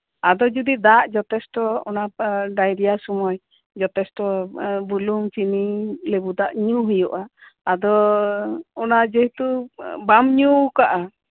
ᱟᱫᱚ ᱡᱚᱫᱤ ᱫᱟᱜ ᱡᱚᱛᱷᱮᱥᱴᱚ ᱟᱫᱚ ᱚᱱᱟ ᱰᱟᱭᱨᱤᱭᱟ ᱥᱚᱢᱚᱭ ᱡᱚᱛᱷᱴᱚ ᱵᱩᱞᱩᱝ ᱪᱤᱱᱤ ᱫᱟᱜ ᱧᱩ ᱦᱩᱭᱩᱜᱼᱟ ᱟᱫᱚ ᱚᱱᱟ ᱡᱮᱦᱮᱛᱩ ᱵᱟᱢ ᱧᱩ ᱠᱟᱫᱟ